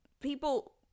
people